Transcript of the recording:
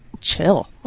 chill